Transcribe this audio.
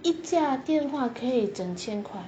一架电话可以整千块